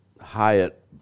Hyatt